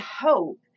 hope